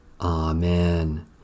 Amen